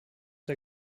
der